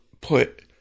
put